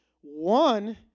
one